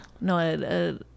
No